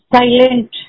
silent